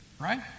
right